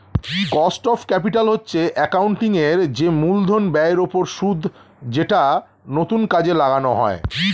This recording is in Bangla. কস্ট অফ ক্যাপিটাল হচ্ছে অ্যাকাউন্টিং এর যে মূলধন ব্যয়ের ওপর সুদ যেটা নতুন কাজে লাগানো হয়